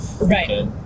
Right